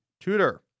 Tutor